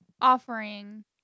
offering